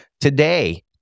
Today